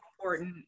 important